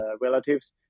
relatives